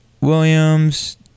Williams